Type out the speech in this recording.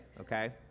okay